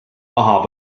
maha